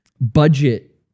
budget